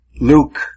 Luke